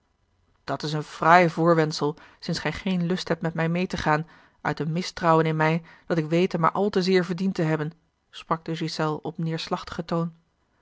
verblijden dat's een fraai voorwendsel sinds gij geen lust hebt met mij meê te gaan uit een mistrouwen in mij dat ik wete maar al te zeer verdiend te hebben sprak de ghiselles op neêrslachtigen toon